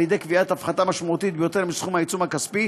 על ידי קביעת הפחתה משמעותית ביותר מסכום העיצום הכספי,